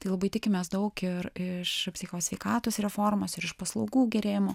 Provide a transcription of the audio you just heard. tai labai tikimės daug ir iš psicho sveikatos reformos ir iš paslaugų gerėjimo